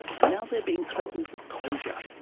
and now they are being threatened with closure.